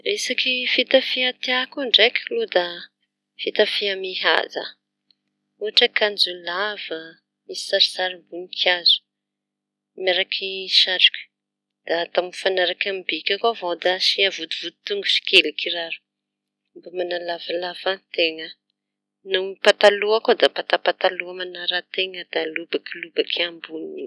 Resaky fitafia tiako ndraiky loa da fitafia mihaja, Ohatra akanjo lava misy sarisary voninkazo miaraky satroky da atao mifanaraky amin'ny bikako avao da asia vody vodi tongotry kely kiraro mba manalavalava an-teña. No pataloha koa da patapataloha manaran-teña da miaro lobaky- lobaky ambonin'io.